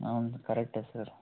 అవును కరెక్టే సార్